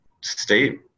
state